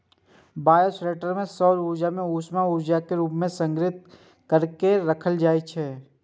bioshelter मे सौर ऊर्जा कें उष्मा ऊर्जा के रूप मे संग्रहीत कैर के राखल जाइ छै